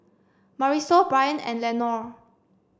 Marisol Bryant and Lenore